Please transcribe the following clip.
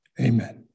Amen